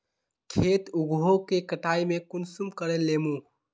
खेत उगोहो के कटाई में कुंसम करे लेमु?